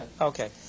Okay